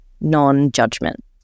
non-judgment